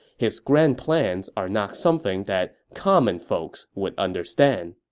his grand plans are not something that common folks would understand.